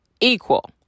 equal